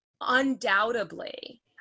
undoubtedly